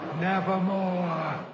nevermore